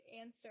answer